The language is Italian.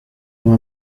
come